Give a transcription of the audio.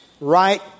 right